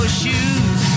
shoes